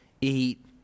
eat